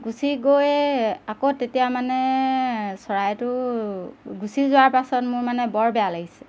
গুচি গৈ আকৌ তেতিয়া মানে চৰাইটো গুচি যোৱাৰ পাছত মোৰ মানে বৰ বেয়া লাগিছে